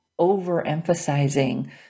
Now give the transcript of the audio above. overemphasizing